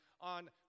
on